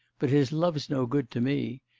but his love's no good to me.